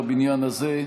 בבניין הזה.